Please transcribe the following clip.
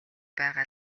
байгаа